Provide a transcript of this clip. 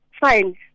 fine